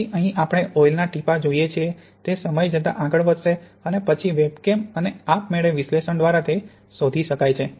તેથી અહીં આપણે ઓઇલના ટીપાં જોઈએ છીએ તે સમય જતાં આગળ વધશે અને પછી વેબકેમ અને આપમેળે વિશ્લેષણ દ્વારા તે શોધી શકાય છે